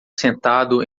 sentado